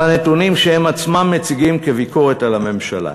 הנתונים שהם עצמם מציגים כביקורת על הממשלה?